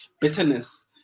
Bitterness